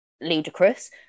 ludicrous